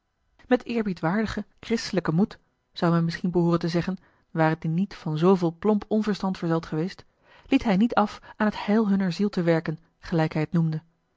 met eerbiedwaardigen christelijken moed zou men misschien behooren te zeggen ware die niet van zooveel plomp onverstand verzeld geweest liet hij niet af aan het heil hunner ziel te werken gelijk hij het noemde